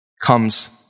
comes